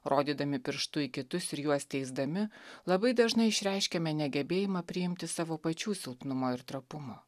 rodydami pirštu į kitus ir juos teisdami labai dažnai išreiškiame negebėjimą priimti savo pačių silpnumo ir trapumo